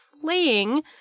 slaying